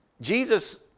Jesus